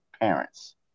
parents